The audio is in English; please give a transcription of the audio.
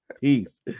peace